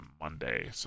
Monday